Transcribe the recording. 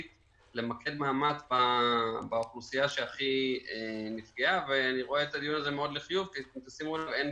למקד מאמץ באוכלוסייה שהכי נפגעה, צריך לכוון את